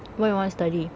what you want to study